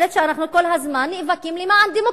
זאת אומרת: אנחנו כל הזמן נאבקים למען שוויון.